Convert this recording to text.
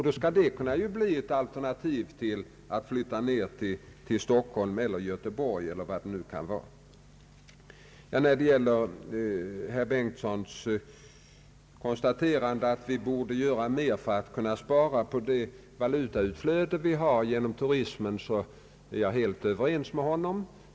Då skulle det kunna bli ett alternativ till att flytta ned till Stockholm eller Göteborg eller vilken ort det nu kan bli fråga om. När herr Bengtson säger att vi borde göra mer för att kunna minska valutautflödet genom turismen så är jag helt överens med honom.